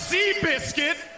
Seabiscuit